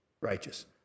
Righteous